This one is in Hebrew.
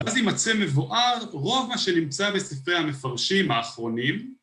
‫אז נמצא מבואר רוב מה שנמצא ‫בספרי המפרשים האחרונים.